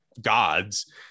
gods